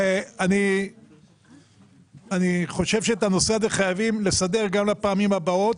אני חושב שאת הנושא הזה חייבים לסדר גם לפעמים הבאות,